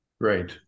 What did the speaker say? right